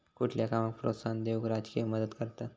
कुठल्या कामाक प्रोत्साहन देऊक राजकीय मदत करतत